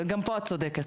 גם פה את צודקת.